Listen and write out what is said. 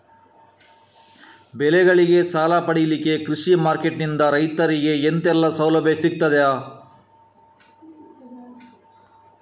ಬೆಳೆಗಳಿಗೆ ಸಾಲ ಪಡಿಲಿಕ್ಕೆ ಕೃಷಿ ಮಾರ್ಕೆಟ್ ನಿಂದ ರೈತರಿಗೆ ಎಂತೆಲ್ಲ ಸೌಲಭ್ಯ ಸಿಗ್ತದ?